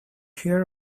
hear